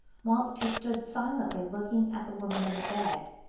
whilst he stood silently looking at the woman in the bed,